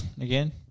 Again